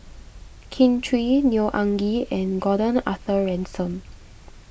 Kin Chui Neo Anngee and Gordon Arthur Ransome